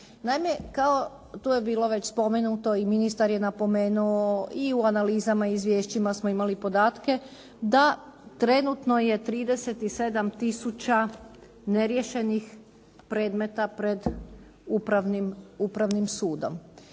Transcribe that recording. Naime, tu je bilo već spomenuto i ministar je napomenuo i u analizama i izvješćima smo imali podatke da trenutno je 37 tisuća neriješenih predmeta pred Upravnim sudom.